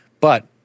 But-